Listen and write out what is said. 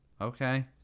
Okay